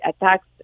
attacks